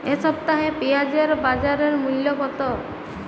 এ সপ্তাহে পেঁয়াজের বাজার মূল্য কত?